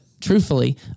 truthfully